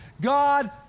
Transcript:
God